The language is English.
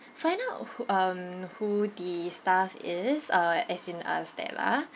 find out who um who the staff is uh as in us stella